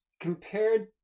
compared